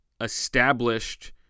established